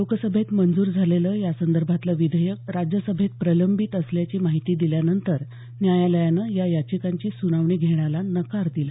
लोकसभेत मंजूर झालेलं यासंदर्भातलं विधेयक राज्यसभेत प्रलंबित असल्याची माहिती दिल्यानंतर न्यायालयानं या याचिकांची सुनावणी घेण्याला नकार दिला